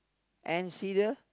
and see the